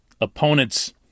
Opponents